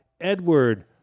Edward